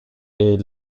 est